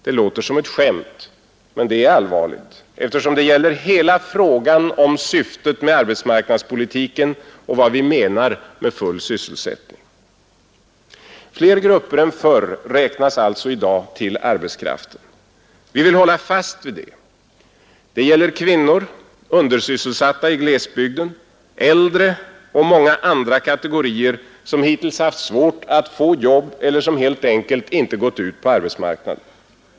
Det låter som ett skämt, men det är allvarligt, eftersom det gäller hela frågan om syftet med arbetsmarknadspolitiken och vad vi menar med full sysselsättning. Fler grupper än förr räknas alltså i dag till arbetskraften. Vi vill hålla fast vid det. Det gäller kvinnor, undersysselsatta i glesbygden, äldre och många andra kategorier som hittills haft det svårt att få jobb eller som helt enkelt inte gått ut på arbetsmarknaden.